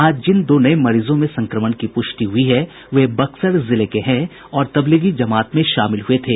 आज जिन दो नये मरीजों में संक्रमण की पुष्टि हुई वे बक्सर जिले के हैं और तबलीगी जमात में शामिल हुए थे